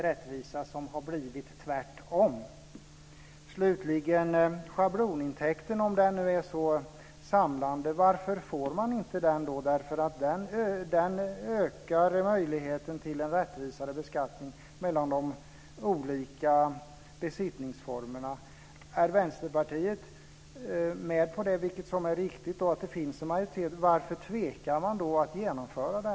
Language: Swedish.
Slutligen vill jag fråga om systemet med schablonintäkt, som ska samla oss alla. Varför får vi inte se detta system? Det ökar möjligheten till en rättvis beskattning vad gäller de olika besittningsformerna. Om Vänsterpartiet är med och om det finns en majoritet för detta, vilket är riktigt, undrar jag varför man tvekar att genomföra det.